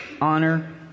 honor